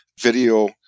video